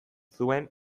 zuen